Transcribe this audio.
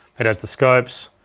it has the scopes.